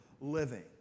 Living